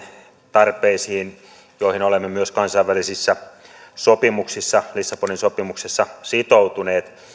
tarpeisiin joihin olemme myös kansainvälisissä sopimuksissa lissabonin sopimuksessa sitoutuneet